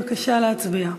בבקשה להצביע.